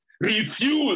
Refuse